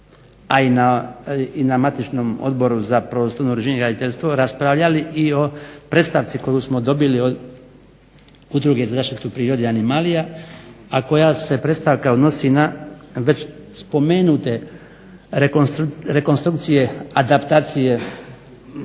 a i na matičnom Odboru za prostorno uređenje i graditeljstvo raspravljali i o predstavci koju smo dobili od Udruge za zaštitu prirode "Animalia" a koja se predstavka odnosi na već spomenute rekonstrukcije, adaptacije